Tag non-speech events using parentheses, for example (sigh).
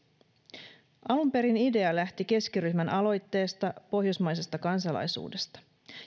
(unintelligible) (unintelligible) alun perin idea lähti keskiryhmän aloitteesta pohjoismaisesta kansalaisuudesta